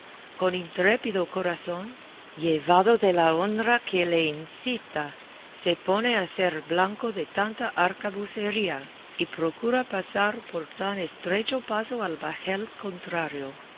con intrépido corazón llevado de la honra que le incita se pone a ser blanco de tanta arcabucería y procura pasar por tan estrecho paso al bajel contrario